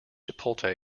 chipotle